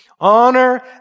Honor